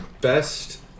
best